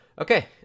Okay